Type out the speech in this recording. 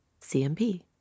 CMP